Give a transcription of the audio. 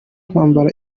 kwambara